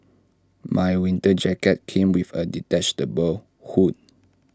my winter jacket came with A detached hood